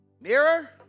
mirror